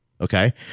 Okay